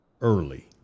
early